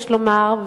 יש לומר,